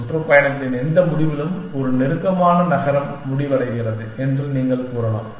சுற்றுப்பயணத்தின் எந்த முடிவிலும் ஒரு நெருக்கமான நகரம் முடிவடைகிறது என்று நீங்கள் கூறலாம்